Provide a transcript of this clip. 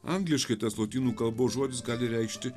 angliškai tas lotynų kalbos žodis gali reikšti